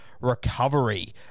recovery